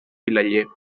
vilaller